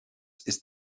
ist